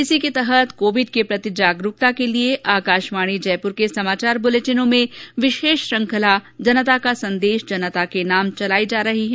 इसी के तहत कोविड के प्रति जागरूकता के लिये आकाशवाणी जयपुर के समाचार बुलेटिनों में विशेष श्रृंखला जनता का संदेश जनता के नाम चलाई जा रही है